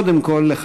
וקודם כול,